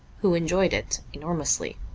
who enjoyed it enormously.